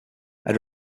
had